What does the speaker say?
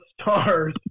Stars